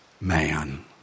man